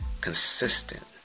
consistent